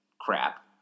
crap